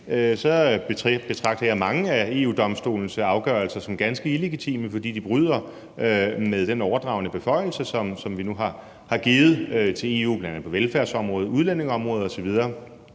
betragter jeg mange af EU-Domstolens afgørelser som ganske illegitime, fordi de bryder med den overdragne beføjelse, som vi nu har givet til EU, bl.a. på velfærdsområdet, udlændingeområdet osv.,